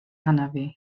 hanafu